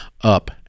up